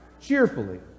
cheerfully